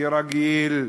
כרגיל?